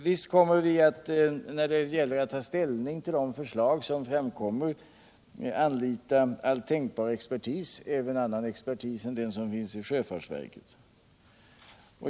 Visst kommer vi när det gäller att ta ställning till de förslag som framkommer att anlita all tänkbar expertis, även annan expertis än den som finns i sjöfartsverket.